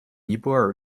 尼泊尔